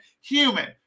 human